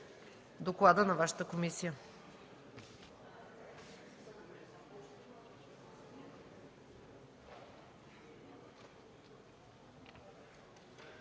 доклада на Вашата комисия.